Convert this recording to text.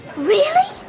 really?